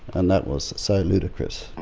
and that was so ludicrous.